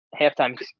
halftime